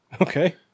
Okay